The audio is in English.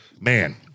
man